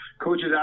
coaches